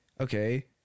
okay